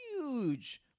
huge